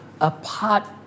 apart